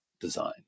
design